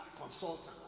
consultant